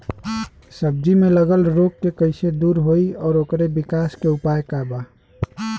सब्जी में लगल रोग के कइसे दूर होयी और ओकरे विकास के उपाय का बा?